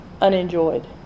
unenjoyed